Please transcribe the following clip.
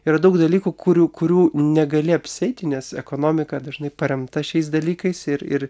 yra daug dalykų kurių kurių negali apsieiti nes ekonomika dažnai paremta šiais dalykais ir ir